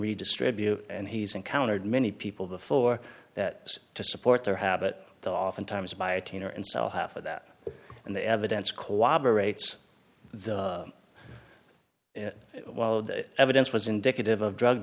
redistribute and he's encountered many people before that to support their habit oftentimes biotene or and sell half of that and the evidence cooperates the while the evidence was indicative of drug